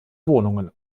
wohnungen